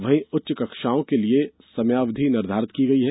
वहीं उच्च कक्षाओं के लिए समयावधि निर्धारित कर दी है